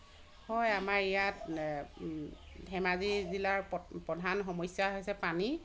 হয় আমাৰ ইয়াত ধেমাজি জিলাৰ প্ৰধান সমস্যা হৈছে পানী